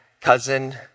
cousin